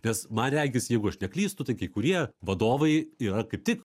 nes man regis jeigu aš neklystu tai kai kurie vadovai yra kaip tik